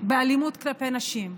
באלימות כלפי נשים,